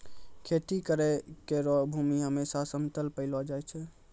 खेती करै केरो भूमि हमेसा समतल पैलो जाय छै